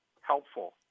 helpful